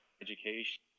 education